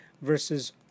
versus